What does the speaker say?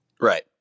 Right